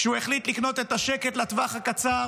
כשהוא החליט לקנות את השקט לטווח הקצר